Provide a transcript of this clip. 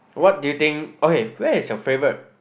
what do you think okay where is your favourite